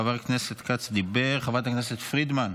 חבר הכנסת כץ, דיבר, חברת הכנסת פרידמן,